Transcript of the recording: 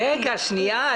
רגע, שנייה.